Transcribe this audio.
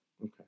Okay